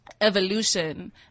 evolution